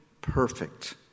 perfect